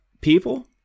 people